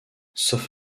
sauf